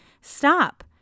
Stop